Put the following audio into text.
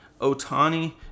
Otani